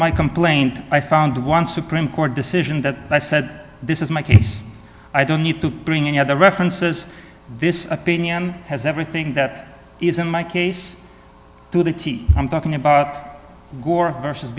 my complaint i found one supreme court decision that i said this is my case i don't need to bring any other references this opinion has everything that is in my case to the t i'm talking about gore versus